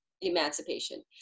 emancipation